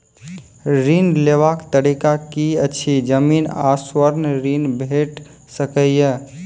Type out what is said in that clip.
ऋण लेवाक तरीका की ऐछि? जमीन आ स्वर्ण ऋण भेट सकै ये?